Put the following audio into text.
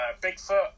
Bigfoot